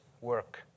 work